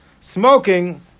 smoking